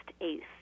eighth